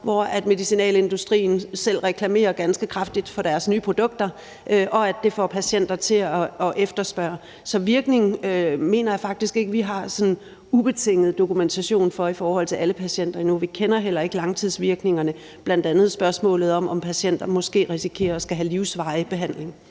hvor medicinalindustrien selv reklamerer ganske kraftigt for deres nye produkter, og det får patienter til at efterspørge den. Så virkningen mener jeg faktisk ikke vi har sådan ubetinget dokumentation for i forhold til alle patienter endnu. Vi kender heller ikke langtidsvirkningerne, bl.a. i forhold til spørgsmålet om, om patienter måske risikerer at skulle have livsvarig behandling.